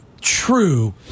True